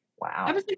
Wow